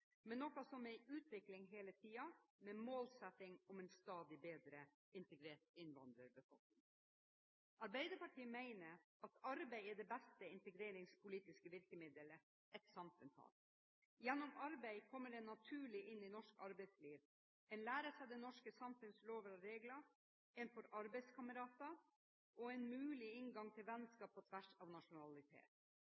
i utvikling hele tiden, med målsetting om en stadig bedre integrert innvandrerbefolkning. Arbeiderpartiet mener at arbeid er det beste integreringspolitiske virkemiddelet et samfunn har. Gjennom arbeid kommer en naturlig inn i norsk arbeidsliv. En lærer seg det norske samfunns lover og regler, en får arbeidskamerater og en mulig inngang til